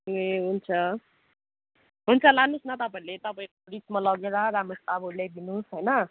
ए हुन्छ हुन्छ लानुहोस् न तपाईँहरूले तपाईँहरूको रिस्कमा लगेर राम्रोसँग अब ल्याइदिनु होस् होइन